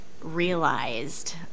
realized